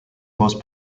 most